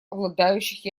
обладающих